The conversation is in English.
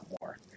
more